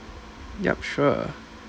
yup sure